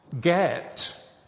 get